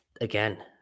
again